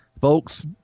Folks